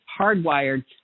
hardwired